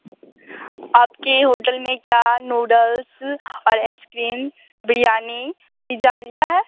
आपके होटल में क्या नूडल्स और आइसक्रीम बिरयानी पिज़्ज़ा मिलता है